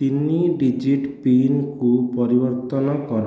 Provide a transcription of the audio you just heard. ତିନି ଡିଜିଟ୍ ପିନ୍କୁ ପରିବର୍ତ୍ତନ କର